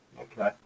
Okay